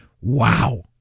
Wow